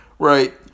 Right